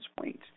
point